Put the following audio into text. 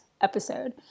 episode